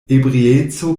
ebrieco